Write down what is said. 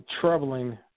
troubling